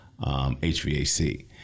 HVAC